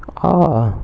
ah